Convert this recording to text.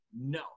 no